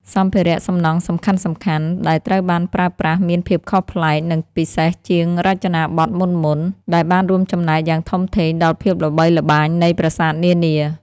សម្ភារៈសំណង់សំខាន់ៗដែលត្រូវបានប្រើប្រាស់មានភាពខុសប្លែក និងពិសេសជាងរចនាបថមុនៗ ដែលបានរួមចំណែកយ៉ាងធំធេងដល់ភាពល្បីល្បាញនៃប្រាសាទនានា។